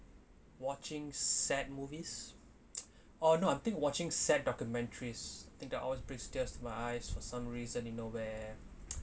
watching sad movies oh no I think watching sad documentaries I think that always brings tears to my eyes for some reason you know where